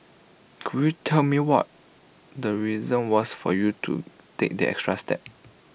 could you tell me what the reason was for you to take that extra step